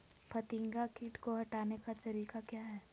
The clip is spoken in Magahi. फतिंगा किट को हटाने का तरीका क्या है?